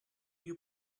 you